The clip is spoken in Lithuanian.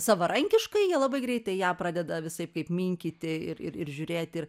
savarankiškai jie labai greitai ją pradeda visaip kaip minkyti ir ir ir žiūrėti ir